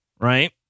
right